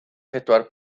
pedwar